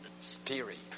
spirit